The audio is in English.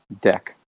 deck